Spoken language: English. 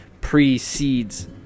precedes